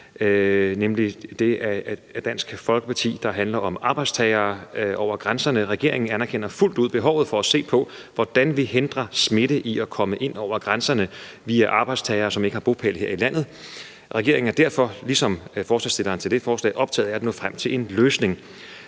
nemlig det af Dansk Folkeparti, der handler om arbejdstagere over grænserne. Regeringen anerkender fuldt ud behovet for at se på, hvordan vi hindrer smitte i at komme ind over grænserne via arbejdstagere, som ikke har bopæl her i landet. Regeringen er derfor ligesom forslagsstillerne til det forslag optaget af at nå frem til en løsning.